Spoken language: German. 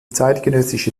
zeitgenössische